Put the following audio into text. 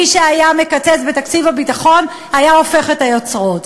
מי שהיה מקצץ בתקציב הביטחון היה הופך את היוצרות.